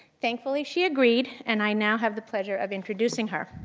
thankfully, she agreed and i now have the pleasure of introducing her.